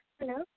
Hello